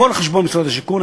הכול על חשבון משרד השיכון,